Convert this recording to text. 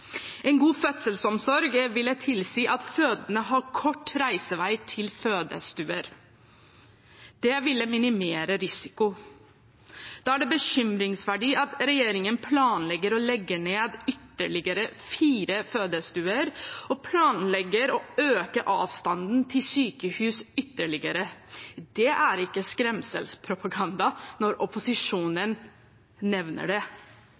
En god fødselsomsorg ville tilsi at fødende har kort reisevei til fødestuer. Det ville minimere risiko. Da er det bekymringsverdig at regjeringen planlegger å legge ned ytterligere fire fødestuer og øke avstanden til sykehus ytterligere. Det er ikke skremselspropaganda når opposisjonen nevner det,